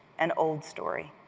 an old story.